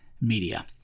media